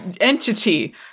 entity